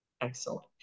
Excellent